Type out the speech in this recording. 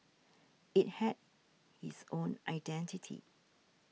it had its own identity